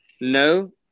no